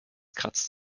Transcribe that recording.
kratzt